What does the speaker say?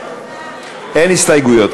אין הסתייגויות.